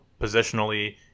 positionally